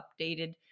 updated